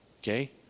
okay